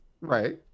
Right